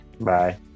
Bye